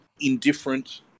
indifferent